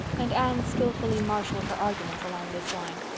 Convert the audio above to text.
and anne skillfully marshalled her arguments along this line.